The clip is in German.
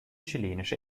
chilenische